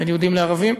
בין יהודים לערבים,